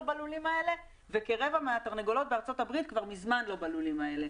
בלולים האלה וכרבע מהתרנגולות בארצות הברית כבר מזמן לא בלולים האלה.